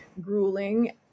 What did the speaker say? grueling